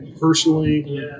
personally